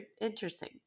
interesting